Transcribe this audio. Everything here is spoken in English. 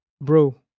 Bro